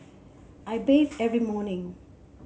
I bathe every morning